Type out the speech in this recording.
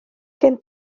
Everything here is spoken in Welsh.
gen